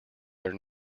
their